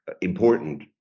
important